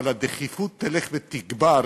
אבל הדחיפות תלך ותגבר,